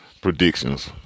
predictions